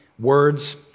words